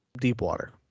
Deepwater